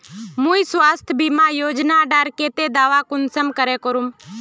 मुई स्वास्थ्य बीमा योजना डार केते दावा कुंसम करे करूम?